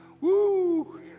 Woo